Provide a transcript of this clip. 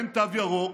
אין תו ירוק,